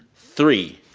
three,